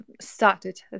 started